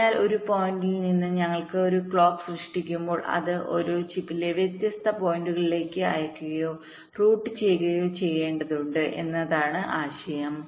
അതിനാൽ ഒരു പോയിന്റിൽ നിന്ന് ഞങ്ങൾ ഒരു ക്ലോക്ക് സൃഷ്ടിക്കുമ്പോൾ അത് ഒരു ചിപ്പിലെ വ്യത്യസ്ത പോയിന്റുകളിലേക്ക് അയയ്ക്കുകയോ റൂട്ട് ചെയ്യുകയോ ചെയ്യേണ്ടതുണ്ട് എന്നതാണ് ആശയം